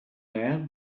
man